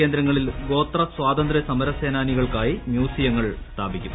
കേന്ദ്രങ്ങളിൽ ഗോത്ര സ്വാതന്ത്രൃ സമര സേനാനികൾക്കായി മ്യൂസിയങ്ങൾ സ്ഥാപിക്കും